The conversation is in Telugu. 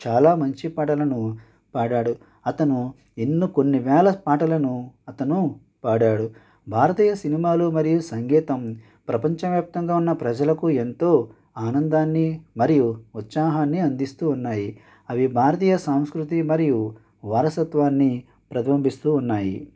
చాలా మంచి పాటలను పాడాడు అతను ఎన్నో కొన్ని వేల పాటలను అతను పాడాడు భారతీయ సినిమాలు మరియు సంగీతం ప్రపంచ వ్యాప్తంగా ఉన్న ప్రజలకు ఎంతో ఆనందాన్ని మరియు ఉత్సాహాన్ని అందిస్తూ ఉన్నాయి అవి భారతీయ సంస్కృతి మరియు వారసత్వాన్ని ప్రతిబింబిస్తూ ఉన్నాయి